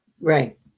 Right